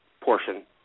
portion